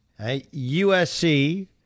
USC